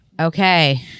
Okay